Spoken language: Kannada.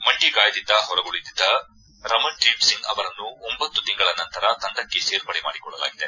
ಮಂಡಿ ಗಾಯದಿಂದ ಹೊರಗುಳಿದಿದ್ದ ರಮಣ್ದೀಪ್ ಸಿಂಗ್ ಅವರನ್ನು ಒಂಭತ್ತು ತಿಂಗಳ ನಂತರ ತಂಡಕ್ಕೆ ಸೇರ್ಪಡೆ ಮಾಡಿಕೊಳ್ಟಳಾಗಿದೆ